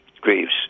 Greaves